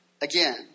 again